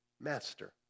master